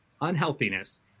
unhealthiness